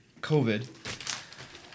COVID